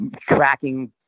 tracking